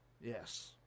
yes